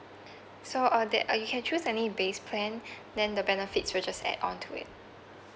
so uh that uh you can choose any base plan then the benefits will just add on to it